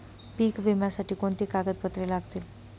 पीक विम्यासाठी कोणती कागदपत्रे लागतील?